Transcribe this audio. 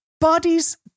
Bodies